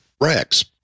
rex